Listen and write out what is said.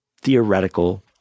theoretical